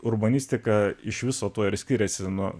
urbanistika iš viso tuo ir skiriasi nuo